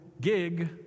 gig